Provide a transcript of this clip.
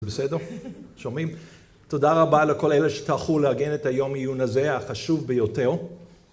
בסדר? שומעים? תודה רבה לכל אלה שטרחו להגיע את היום עיון הזה, החשוב ביותר.